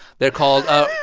they're called.